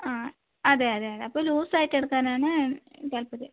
ആ അതെ അതെ അപ്പം ലൂസ്സായിട്ട് എടുക്കാനാണെങ്കിൽ താല്പര്യം